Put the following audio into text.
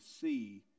see